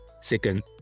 Second